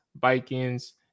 Vikings